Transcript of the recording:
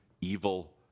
evil